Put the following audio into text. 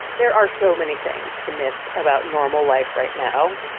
there are so many things to miss about normal life right now.